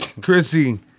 Chrissy